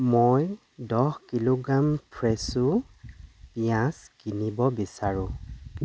মই দহ কিলোগ্ৰাম ফ্ৰেছো পিঁয়াজ কিনিব বিচাৰোঁ